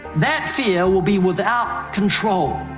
that fear will be without control.